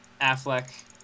Affleck